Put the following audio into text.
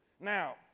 Now